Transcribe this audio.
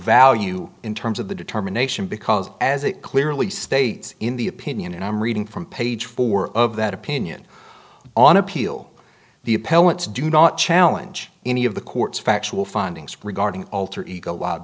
value in terms of the determination because as it clearly states in the opinion and i'm reading from page four of that opinion on appeal the appellant's do not challenge any of the court's factual findings regarding alter ego